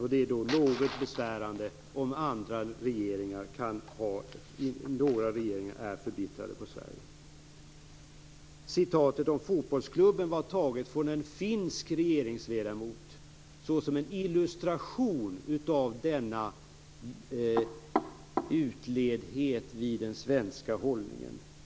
Därför är det något besvärande om några regeringar är förbittrade på Sverige. Citatet om fotbollsklubben var taget från en finsk regeringsledamot såsom en illustration av denna utledhet vid den svenska hållningen.